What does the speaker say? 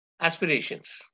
aspirations